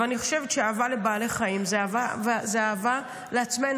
אבל אני חושבת שאהבה לבעלי חיים זו אהבה לעצמנו,